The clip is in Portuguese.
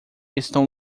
estão